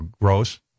gross